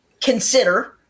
consider